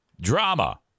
Drama